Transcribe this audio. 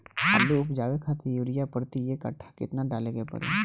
आलू उपजावे खातिर यूरिया प्रति एक कट्ठा केतना डाले के पड़ी?